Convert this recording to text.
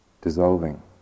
dissolving